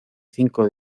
cinco